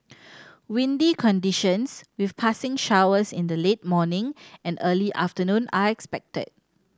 windy conditions with passing showers in the late morning and early afternoon are expected